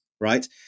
right